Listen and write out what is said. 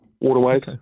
waterways